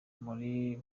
uri